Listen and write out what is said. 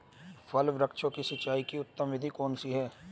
फल वृक्षों की सिंचाई की उत्तम विधि कौन सी है?